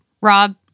Rob